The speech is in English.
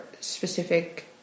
specific